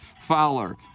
Fowler